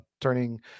turning